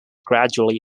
gradually